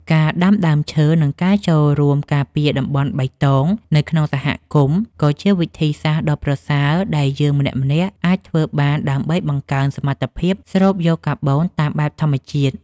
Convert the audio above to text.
ការដាំដើមឈើ និងការចូលរួមការពារតំបន់បៃតងនៅក្នុងសហគមន៍ ក៏ជាវិធីសាស្ត្រដ៏ប្រសើរដែលយើងម្នាក់ៗអាចធ្វើបានដើម្បីបង្កើនសមត្ថភាពស្រូបយកកាបូនតាមបែបធម្មជាតិ។